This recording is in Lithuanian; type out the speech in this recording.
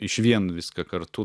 išvien viską kartu